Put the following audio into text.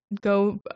go